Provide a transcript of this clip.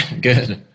Good